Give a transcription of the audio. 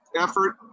effort